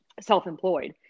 self-employed